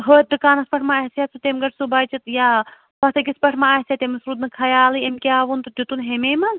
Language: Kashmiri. ہُتھ دُکانس پٮ۪ٹھ ما آسہِ ہا سُہ تمہِ گَرِ سُہ بَچہٕ یا ہُتھ أکِس پٮ۪ٹھ ما آسہِ ہا تٔمس روٗد نہٕ خیالٕے أمۍ کیاہ وۄن تہٕ دِتُن ہَمے منٛز